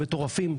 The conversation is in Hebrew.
מטורפים.